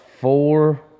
four